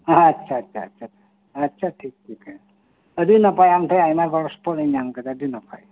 ᱟᱪᱪᱷᱟ ᱟᱪᱪᱷᱟ ᱟᱪᱪᱷᱟ ᱴᱷᱤᱠ ᱜᱮᱭᱟ ᱟᱹᱰᱤ ᱱᱟᱯᱟᱭ ᱟᱢ ᱴᱷᱮᱱ ᱟᱭᱢᱟ ᱜᱚᱲᱚ ᱥᱚᱯᱚᱦᱚᱫ ᱤᱧ ᱧᱟᱢ ᱠᱮᱫᱟ ᱟᱹᱰᱤ ᱱᱟᱯᱟᱭ